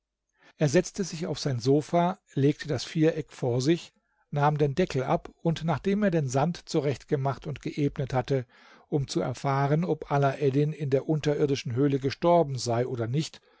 er setzte sich auf sein sofa legte das viereck vor sich nahm den deckel ab und nachdem er den sand zurecht gemacht und geebnet hatte um zu erfahren ob alaeddin in der unterirdischen höhle gestorben sei oder nicht